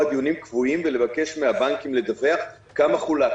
דיונים קבועים ולבקש מהבנקים לדווח כמה חולק.